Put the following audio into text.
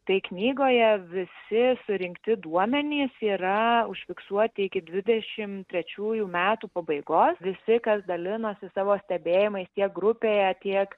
tai knygoje visi surinkti duomenys yra užfiksuoti iki dvidešim trečiųjų metų pabaigos visi kas dalinosi savo stebėjimais tiek grupėje tiek